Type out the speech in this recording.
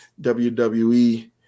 WWE